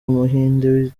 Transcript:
umuhinde